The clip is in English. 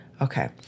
Okay